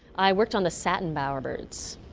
i worked on the satin bowerbirds.